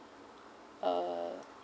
uh